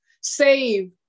save